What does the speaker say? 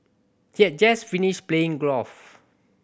he had just finished playing golf